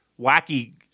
wacky